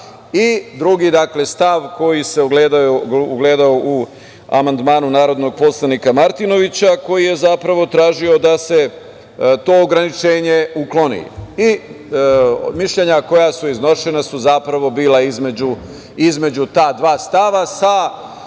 i drugi stav koji se ogledao u amandmanu narodnog poslanika Martinovića, koji je zapravo tražio da se to ograničenje ukloni. Mišljenja koja su iznošena su zapravo bila između ta dva stava, sa